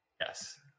Yes